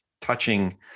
touching